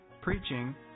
preaching